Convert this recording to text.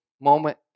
moment